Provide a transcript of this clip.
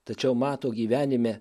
tačiau mato gyvenime